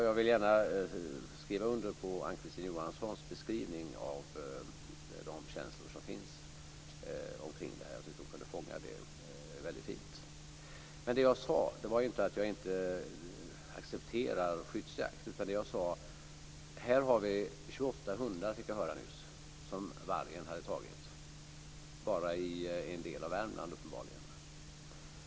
Jag vill gärna skriva under på Ann-Kristine Johanssons beskrivning av de känslor som finns omkring detta. Jag tycker att hon fångade det väldigt fint. Vad jag sade var inte att jag inte accepterar skyddsjakt. Jag fick nyss höra att vargen hade tagit 28 hundar bara i en del av Värmland uppenbarligen.